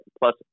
plus